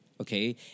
Okay